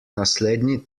naslednji